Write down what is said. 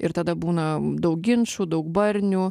ir tada būna daug ginčų daug barnių